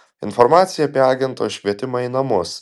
informacija apie agento iškvietimą į namus